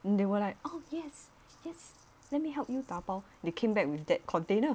and they were like oh yes yes let me help you 打包 they came back with that container